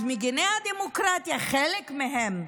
אז מגיני הדמוקרטיה, חלק מהם,